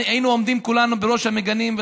היינו עומדים כולנו בראש המגנים.